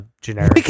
generic